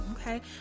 Okay